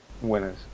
winners